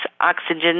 oxygen